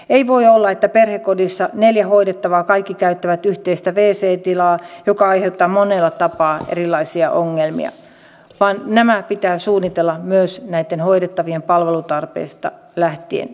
ei voi olla että perhekodissa neljä hoidettavaa kaikki käyttävät yhteistä wc tilaa joka aiheuttaa monella tapaa erilaisia ongelmia vaan nämä pitää suunnitella myös näitten hoidettavien palvelutarpeista lähtien